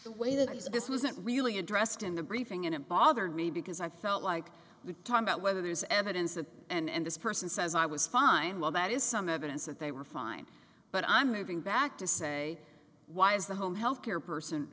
the way that it is this wasn't really addressed in the briefing and it bothered me because i felt like we talk about whether there's evidence that and this person says i was fine well that is some evidence that they were fine but i'm moving back to say why is the home health care person